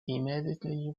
immediately